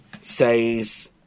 says